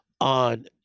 on